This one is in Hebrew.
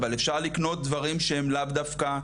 אבל אפשר לקנות דברים שהם לאו דווקא,